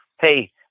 hey